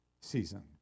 season